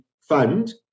fund